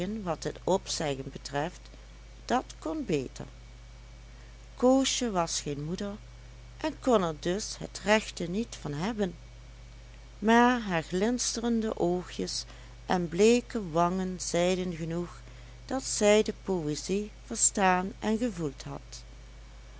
wat het opzeggen betreft dat kon beter koosje was geen moeder en kon er dus het rechte niet van hebben maar haar glinsterende oogjes en bleeke wangen zeiden genoeg dat zij de poëzie verstaan en gevoeld had